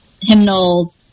hymnal